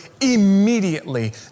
immediately